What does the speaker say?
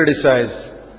criticize